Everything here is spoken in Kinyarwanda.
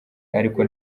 ariko